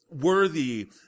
worthy